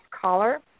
caller